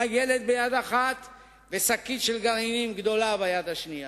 עם הילד ביד אחת ושקית גדולה של גרעינים ביד השנייה.